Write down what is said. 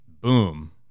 boom